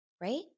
right